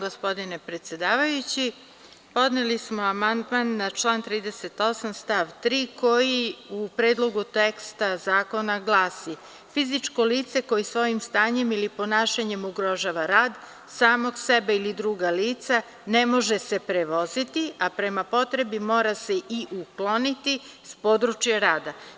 Podneli smo amandman na član 38. stav 3, koji u predlogu teksta zakona glasi – fizičko lice koje svojim stanjem ili ponašanjem ugrožava rad samog sebe ili druga lica ne može se prevoziti, a prema potrebi mora se i ukloniti s područja rada.